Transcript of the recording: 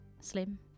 slim